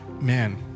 man